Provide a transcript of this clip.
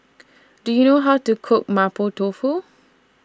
Do YOU know How to Cook Mapo Tofu